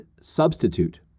substitute